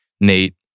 Nate